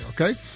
okay